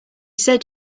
said